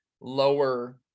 lower